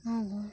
ᱟᱫᱚ